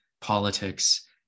politics